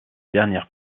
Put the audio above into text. dernière